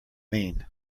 mean